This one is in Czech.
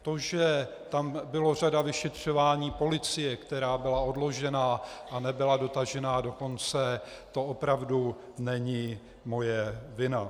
To, že tam byla řada vyšetřování policie, která byla odložena a nebyla dotažena do konce, to opravdu není moje vina.